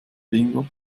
bingo